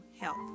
health